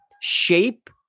shape